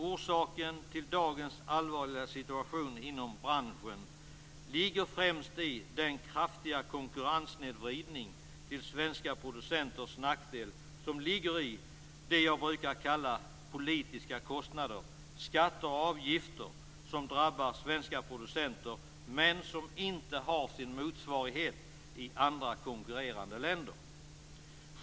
Orsaken till dagens allvarliga situation inom branschen ligger främst i den kraftiga konkurrenssnedvridning till svenska producenters nackdel som ligger i vad jag brukar kalla för politiska kostnader - skatter och avgifter som drabbar svenska producenter men som inte har sin motsvarighet i andra konkurrerande länder.